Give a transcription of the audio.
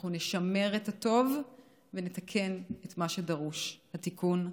אנחנו נשמר את הטוב ונתקן את מה שדרוש תיקון,